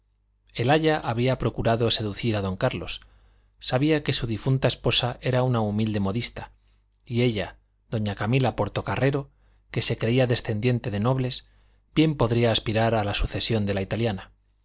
el aya había procurado seducir a don carlos sabía que su difunta esposa era una humilde modista y ella doña camila portocarrero que se creía descendiente de nobles bien podía aspirar a la sucesión de la italiana